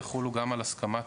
יחולו גם על הסכמת